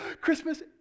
Christmas